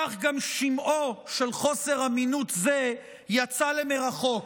כך גם שמעו של חוסר אמינות זה יצא למרחוק,